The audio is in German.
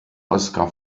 oscar